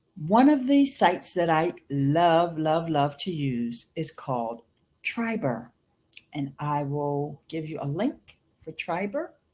one of these sites that i love, love, love to use is called triberr and i will give you a link for triberr.